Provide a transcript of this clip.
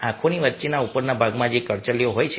આંખોની વચ્ચેના ઉપરના ભાગમાં જે કરચલીવાળી હોય છે